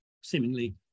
seemingly